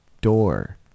door